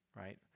right